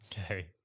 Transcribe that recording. Okay